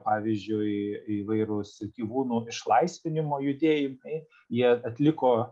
pavyzdžiui įvairūs gyvūnų išlaisvinimo judėjimai jie atliko